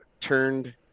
turned